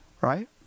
right